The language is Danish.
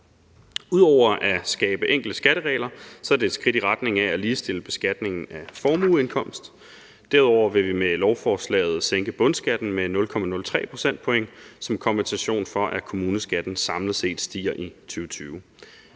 Ud over at skabe enkle skatteregler er det et skridt i retning af at ligestille beskatningen af formueindkomst. Derudover vil vi med lovforslaget sænke bundskatten med 0,03 pct. som kompensation for, at kommuneskatten samlet set stiger i 2020.